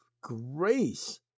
grace